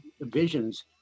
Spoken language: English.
visions